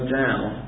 down